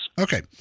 Okay